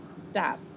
Stats